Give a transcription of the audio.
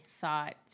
thought